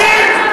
אתה מגזים,